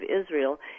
israel